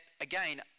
again